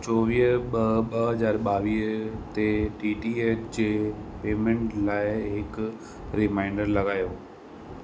चोवीह ॿ ॿ हज़ार बावीह ते डी टी एच जे पेमेंट लाइ हिकु रिमाइंडर लॻायो